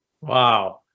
Wow